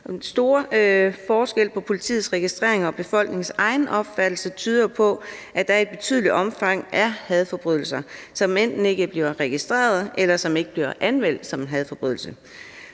Den store forskel på politiets registreringer og befolkningens egen opfattelse tyder jo på, at der i betydeligt omfang sker hadforbrydelser, som enten ikke bliver registreret, eller som ikke bliver anmeldt som hadforbrydelser,